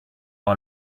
all